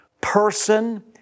person